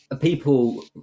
people